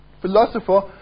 philosopher